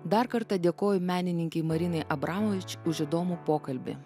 dar kartą dėkoju menininkei marinai abramovič už įdomų pokalbį